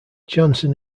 johnson